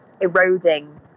eroding